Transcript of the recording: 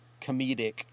comedic